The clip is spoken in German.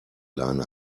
leine